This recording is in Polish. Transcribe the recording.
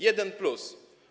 Jeden plus.